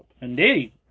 Indeed